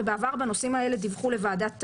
ובעבר בנושאים האלה דיווחו לוועדת המדע.